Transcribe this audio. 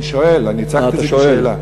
אני שואל, אני הצגתי את זה כשאלה.